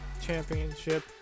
Championship